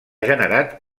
generat